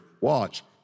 watch